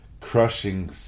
crushing